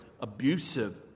abusive